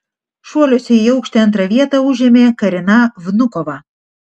šuoliuose į aukštį antrą vietą užėmė karina vnukova